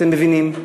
אתם מבינים,